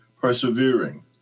persevering